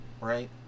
Right